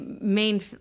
main